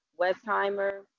Westheimer